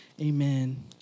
Amen